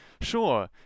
Sure